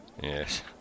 yes